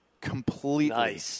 completely